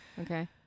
Okay